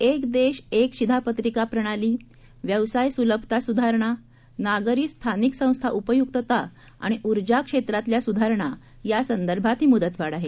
एकदेशएकशिधापत्रिकाप्रणाली व्यवसायसुलभतासुधारणा नागरीस्थानिकसंस्थाउपयुक्तताआणिऊर्जाक्षेत्रातल्यासुधारणायासंदर्भातहीमुदतवाढआ हे